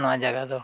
ᱱᱚᱣᱟ ᱡᱟᱭᱜᱟ ᱫᱚ